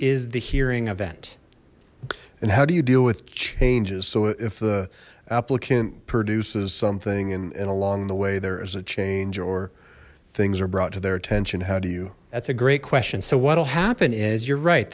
is the hearing event and how do you deal with changes so if the applicant produces something and along the way there is a change or things are brought to their attention how do you that's a great question so what'll happen is you're right